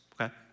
okay